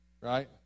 right